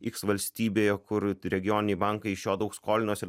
iks valstybėje kur regioniniai bankai iš jo daug skolinosi ir